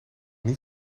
niet